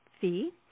fee